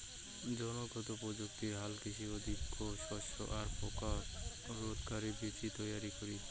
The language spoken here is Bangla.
জীনগত প্রযুক্তিক হালকৃষিত অধিকো শস্য আর পোকা রোধকারি বীচি তৈয়ারী করি